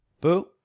Boo